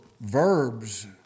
verbs